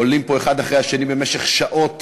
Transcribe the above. עולים פה אחד אחרי השני במשך שעות